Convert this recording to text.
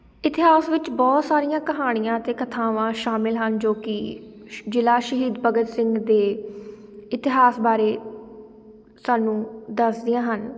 ਇਤਿਹਾਸ ਵਿੱਚ ਬਹੁਤ ਸਾਰੀਆਂ ਕਹਾਣੀਆਂ ਅਤੇ ਕਥਾਵਾਂ ਸ਼ਾਮਿਲ ਹਨ ਜੋ ਕਿ ਸ਼ ਜ਼ਿਲ੍ਹਾ ਸ਼ਹੀਦ ਭਗਤ ਸਿੰਘ ਦੇ ਇਤਿਹਾਸ ਬਾਰੇ ਸਾਨੂੰ ਦੱਸਦੀਆਂ ਹਨ